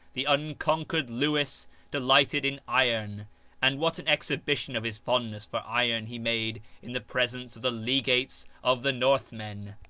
the unconquered lewis delighted in iron and what an exhibition of his fondness for iron he made in the presence of the legates of the northmen!